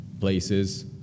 places